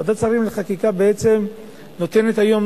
ועדת השרים לחקיקה בעצם נותנת היום